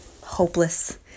hopeless